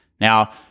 Now